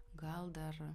gal dar